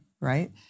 right